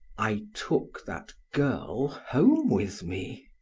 i took that girl home with me,